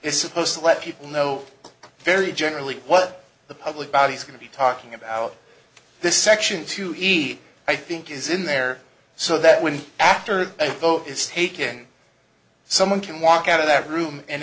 is supposed to let people know very generally what the public body is going to be talking about this section to eat i think is in there so that when after a vote is taking someone can walk out of that room and